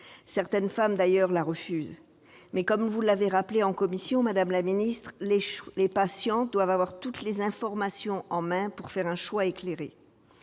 Certaines femmes, d'ailleurs, la refusent. Mais, comme vous l'avez rappelé en commission, madame la ministre, « les patientes doivent avoir toutes les informations en main pour faire un choix éclairé